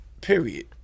period